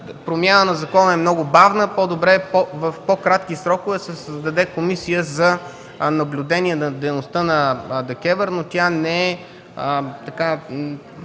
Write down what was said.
промяна на закона е много бавна. По-добре е в по-кратки срокове да се създаде Комисия за наблюдение дейността на ДКЕВР, но тя не е